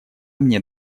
мне